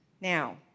now